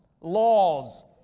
laws